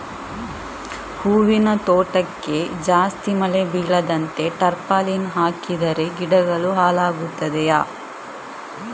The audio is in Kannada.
ಹೂವಿನ ತೋಟಕ್ಕೆ ಜಾಸ್ತಿ ಮಳೆ ಬೀಳದಂತೆ ಟಾರ್ಪಾಲಿನ್ ಹಾಕಿದರೆ ಗಿಡಗಳು ಹಾಳಾಗುತ್ತದೆಯಾ?